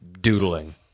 doodling